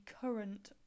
current